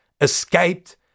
escaped